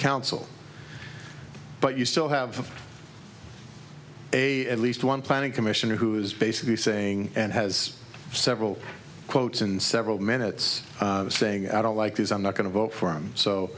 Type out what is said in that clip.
council but you still have a least one planning commissioner who is basically saying and has several quotes in several minutes saying i don't like these i'm not going to vote for him so